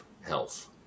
health